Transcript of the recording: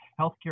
healthcare